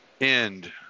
end